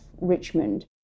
Richmond